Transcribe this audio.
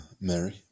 mary